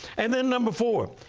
and then, number four,